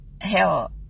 Hell